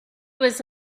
was